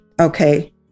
Okay